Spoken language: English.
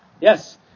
Yes